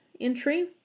entry